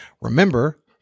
Remember